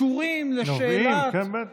קשורים לשאלת, נובעים, כן, בטח.